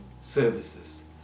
services